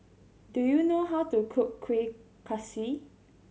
do you know how to cook Kueh Kaswi